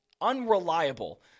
unreliable